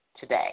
today